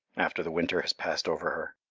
after the winter has passed over her?